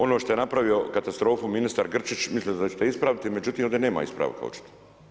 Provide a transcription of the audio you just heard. Ono što je napravio katastrofu ministar Grčić, mislite da ćete ispraviti, međutim ovdje nama ispravka očito.